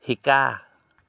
শিকা